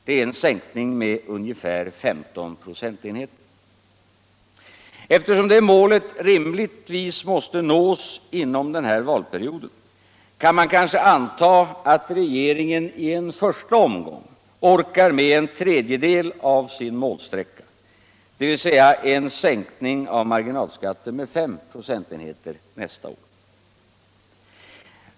Det är en sänkning med ungefär 15 procentenheter. Eftersom det målet rimligtvis måste nås inom den här valperioden kan man kanske anta att regeringen i en första omgång orkar med en tredjedel av sträckan fram till mål, dvs. en sänkning av marginalskatten med fem procentenheter nästa år.